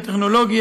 הטכנולוגי,